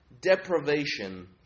deprivation